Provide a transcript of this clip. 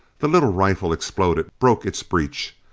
the little rifle exploded, broke its breech.